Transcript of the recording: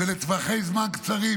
זה לטווחי זמן קצרים,